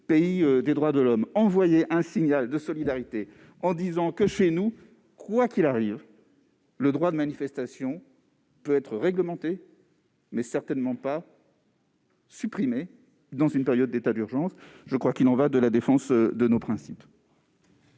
pays des droits de l'homme, envoyer un signe de solidarité aux Polonais, en disant que chez nous, quoi qu'il arrive, le droit de manifestation peut être réglementé, mais certainement pas supprimé, en période d'état d'urgence. Il y va de la défense de nos principes.